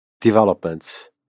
developments